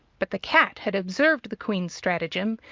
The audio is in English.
but the cat had observed the queen's stratagem,